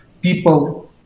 people